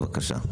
בבקשה.